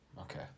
Okay